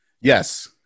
Yes